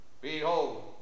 Behold